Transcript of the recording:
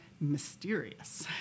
mysterious